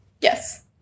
Yes